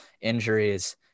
injuries